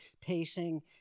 pacing